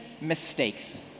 mistakes